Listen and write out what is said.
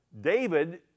David